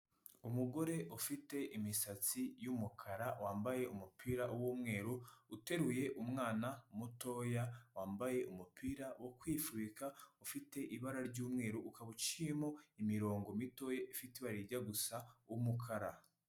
Umugore ufite imisatsi y'umukara wambaye umupira w'umweru, uteruye umwana mutoya wambaye umupira wo kwifubika ufite ibara ryumweru, ukaba uciyemo imirongo mitoya ifite ibara rijya gusa umukara.